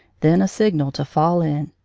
then a signal to fall in.